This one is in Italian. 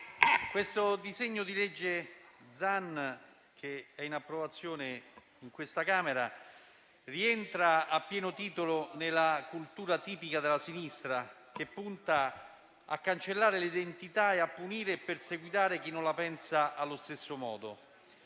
il disegno di legge Zan in approvazione in questa Camera rientra a pieno titolo nella cultura tipica della sinistra che punta a cancellare l'identità e a punire e perseguitare chi non la pensa allo stesso modo.